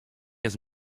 has